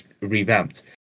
revamped